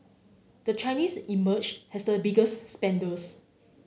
the Chinese emerge as the biggest spenders